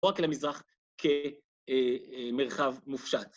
‫לא רק למזרח כמרחב מופשט.